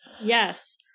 Yes